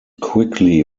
quickly